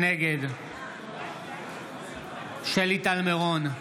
נגד שלי טל מירון,